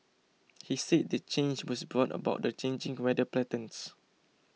he said the change was brought about the changing weather patterns